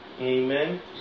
Amen